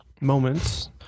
moments